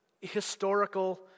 historical